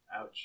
Ouch